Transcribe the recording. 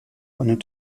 einen